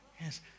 Yes